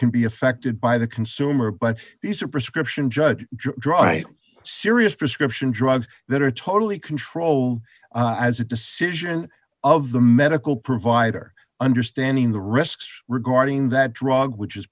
can be affected by the consumer but these are prescription judge dry serious prescription drugs that are totally controlled as a decision of the medical provider understanding the risks regarding that drug which is